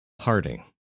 parting